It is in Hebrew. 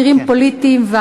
אסירים פוליטיים.